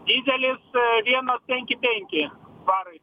didelis vienas penki penki svarai